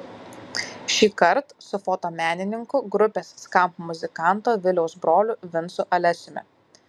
šįkart su fotomenininku grupės skamp muzikanto viliaus broliu vincu alesiumi